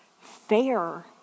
fair